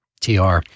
TR